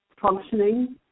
functioning